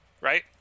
right